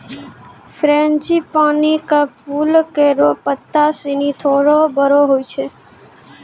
frangipani क फूल केरो पत्ता सिनी थोरो बड़ो होय छै